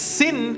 sin